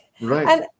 right